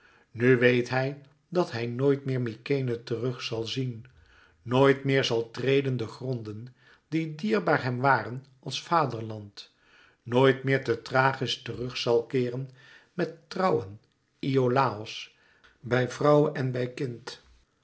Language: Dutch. nu weet hij dat hij nooit meer mykenæ terug zal zien nooit meer zal treden de gronden die dierbaar hem waren als vaderland nooit meer te thrachis terug zal keeren met trouwen iolàos bij vrouwe en bij kind